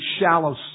shallow